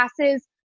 classes